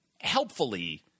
Helpfully